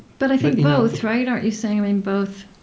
but i think both, right? aren't you saying, i mean both,